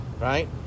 right